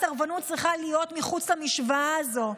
הסרבנות צריכה להיות מחוץ למשוואה הזאת,